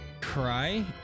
cry